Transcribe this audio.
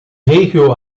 regio